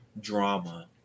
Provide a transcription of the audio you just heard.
drama